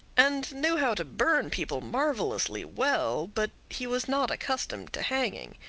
and knew how to burn people marvellously well, but he was not accustomed to hanging.